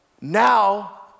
now